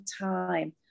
time